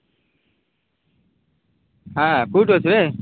ହଁ କେଉଁଠି ଅଛୁ ହେଁ